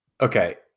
Okay